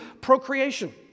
procreation